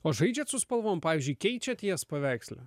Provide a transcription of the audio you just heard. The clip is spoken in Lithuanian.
o žaidžiat su spalvom pavyzdžiui keičiat jas paveiksle